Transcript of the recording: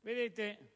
Vedete,